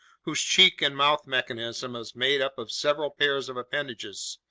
whose cheek-and-mouth mechanism is made up of several pairs of appendages,